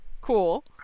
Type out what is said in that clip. cool